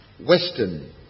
Western